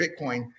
bitcoin